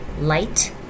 light